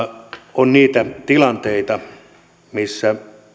on niitä tilanteita missä